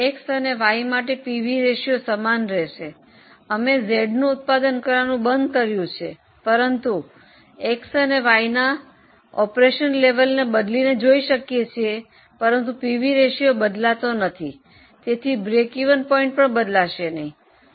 X અને Y માટે PV ratio સમાન રહેશે અમે Z નું ઉત્પાદન કરવાનું બંધ કર્યું છે પરંતુ X અને Y ના ઓપરેશન સ્તરને બદલીને જોઈ શકીએ છીએ પરંતુ પીવી રેશિયો બદલાતો નથી તેથી સમતૂર બિંદુ પણ બદલાશે નહીં